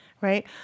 right